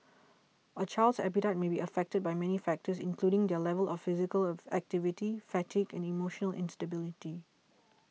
a child's appetite may be affected by many factors including their level of physical of activity fatigue and emotional instability